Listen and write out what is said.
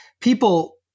people